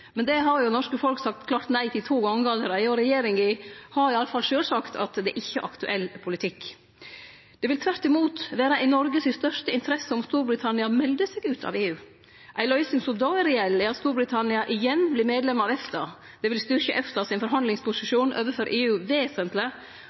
Men det har jo det norske folk sagt klart nei til to gonger allereie, og regjeringa har i alle fall sjølv sagt at det ikkje er aktuell politikk. Det vil tvert imot vere i Noreg si største interesse om Storbritannia melder seg ut av EU. Ei løysing som då er reell, er at Storbritannia igjen vert medlem av EFTA. Det vil styrkje